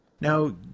Now